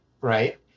right